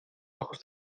ojos